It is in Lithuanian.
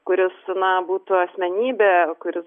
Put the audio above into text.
kuris na būtų asmenybė kuris